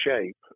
shape